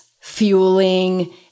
fueling